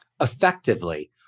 effectively